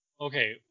Okay